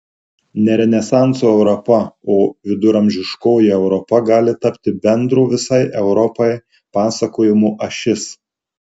ne renesanso europa o viduramžiškoji europa gali tapti bendro visai europai pasakojimo ašis